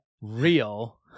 real